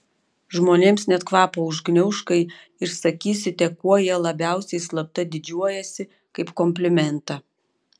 žmonėms net kvapą užgniauš kai išsakysite kuo jie labiausiai slapta didžiuojasi kaip komplimentą